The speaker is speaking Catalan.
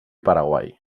paraguai